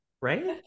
Right